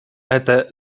это